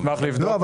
אני אשמח לבדוק.